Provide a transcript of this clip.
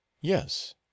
Yes